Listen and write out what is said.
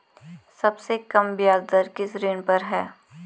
सबसे कम ब्याज दर किस ऋण पर है?